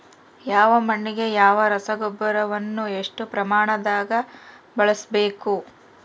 ಯಾವ ಮಣ್ಣಿಗೆ ಯಾವ ರಸಗೊಬ್ಬರವನ್ನು ಎಷ್ಟು ಪ್ರಮಾಣದಾಗ ಬಳಸ್ಬೇಕು?